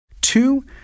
Two